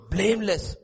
Blameless